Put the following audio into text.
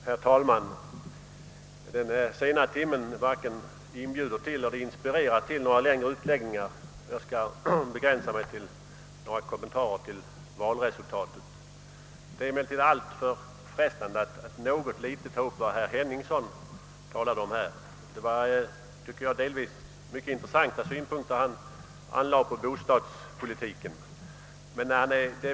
Herr talman! Denna sena timme varken inbjuder eller inspirerar till några längre utläggningar. Jag skall begränsa mig till några kommentarer till valresultatet. Det är emellertid alltför frestande att något litet beröra vad herr Henningsson talade om alldeles nyss. Det var delvis mycket intressanta synpunkter han anlade på bostadspolitiken.